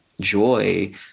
joy